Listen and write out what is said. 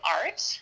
art